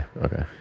Okay